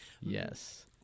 yes